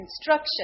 instruction